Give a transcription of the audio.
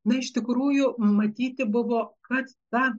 na iš tikrųjų matyti buvo kad ta